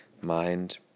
mind